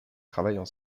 travaillent